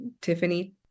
Tiffany